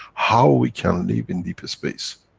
how we can live in deep space.